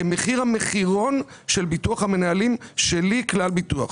כמחיר המחירון של ביטוח המנהלים שלי, כלל ביטוח.